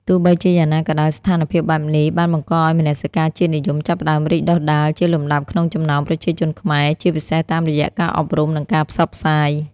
ទោះបីជាយ៉ាងណាក៏ដោយ ស្ថានភាពបែបនេះបានបង្កឱ្យមនសិការជាតិនិយមចាប់ផ្តើមរីកដុះដាលជាលំដាប់ក្នុងចំណោមប្រជាជនខ្មែរ ជាពិសេសតាមរយៈការអប់រំ និងការផ្សព្វផ្សាយ។